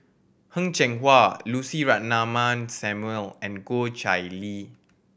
Heng Cheng Hwa Lucy Ratnammah Samuel and Goh Chiew Lye